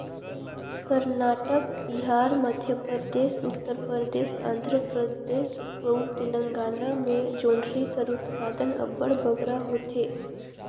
करनाटक, बिहार, मध्यपरदेस, उत्तर परदेस, आंध्र परदेस अउ तेलंगाना में जोंढरी कर उत्पादन अब्बड़ बगरा होथे